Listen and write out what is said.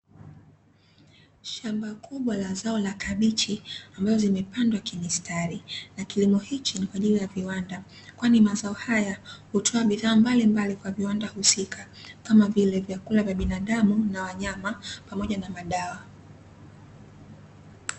Shamba kubwa la zao la kabichi, ambazo zimepandwa kimistari, na kilimo hichi ni kwa ajili ya viwanda, kwani mazao haya hutoa bidhaa mbalimbali kwa viwanda husika, kama vile vyakula vya binadamu na wanyama pamoja na madawa.